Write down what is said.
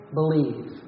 believe